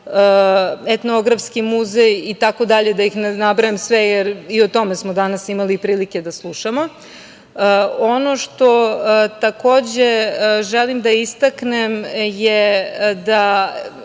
Etnografski muzej, itd, da ih ne nabrajam sve, i o tome smo danas imali prilike da slušamo. Ono što takođe želim da istaknem je da